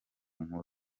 nkuru